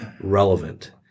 relevant